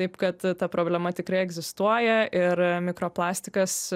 taip kad ta problema tikrai egzistuoja ir mikroplastikas